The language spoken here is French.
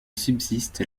subsiste